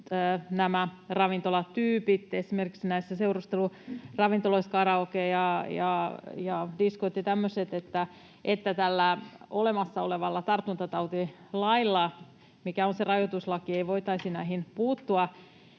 nämä ravintolatyypit, esimerkiksi näistä seurusteluravintoloista karaoke ja diskot ja tämmöiset, ja se, että tällä olemassa olevalla tartuntatautilailla, mikä on se rajoituslaki, ei voitaisi näihin puuttua.